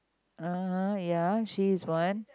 (uh huh) ya she is one